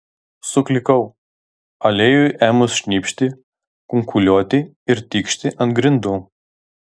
suklikau aliejui ėmus šnypšti kunkuliuoti ir tikšti ant grindų